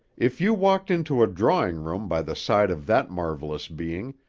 if you walked into a drawing-room by the side of that marvelous being,